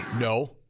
No